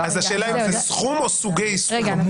--- אז השאלה היא האם זה סכום או סוגי סכום?